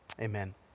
Amen